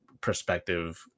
perspective